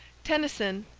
tennyson,